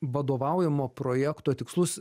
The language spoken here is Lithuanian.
vadovaujamo projekto tikslus